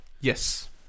yes